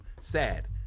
sad